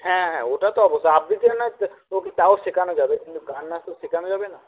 হ্যাঁ হ্যাঁ ওটা তো অবশ্যই আবৃত্তিটা নয় তাও শেখানো যাবে কিন্তু গান নাচ তো শেখানো যাবে না